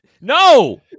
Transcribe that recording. no